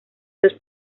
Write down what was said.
dos